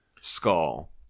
skull